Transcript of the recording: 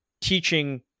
teaching